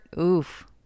Oof